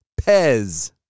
Pez